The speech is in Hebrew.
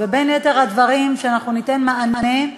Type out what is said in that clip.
ובין יתר הדברים שאנחנו ניתן להם מענה,